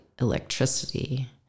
electricity